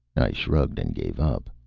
i shrugged and gave up.